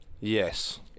yes